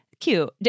cute